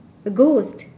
a ghost